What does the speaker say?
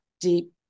deep